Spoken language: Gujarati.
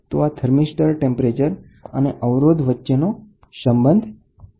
તો આ થર્મિસ્ટર ટેમ્પરેચર અને અવરોધ વચ્ચેનો સંબંધ થયો